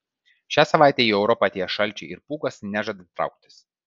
šią savaitę į europą atėję šalčiai ir pūgos nežada trauktis